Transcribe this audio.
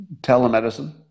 telemedicine